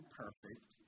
perfect